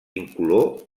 incolor